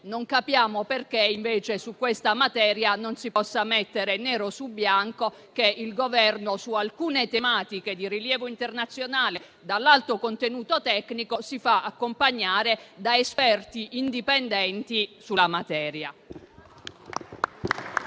Non capiamo perché, invece, su questa materia non si possa mettere nero su bianco che il Governo, su alcune tematiche di rilievo internazionale, dall'alto contenuto tecnico, si faccia accompagnare da esperti indipendenti sulla materia.